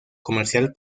comercial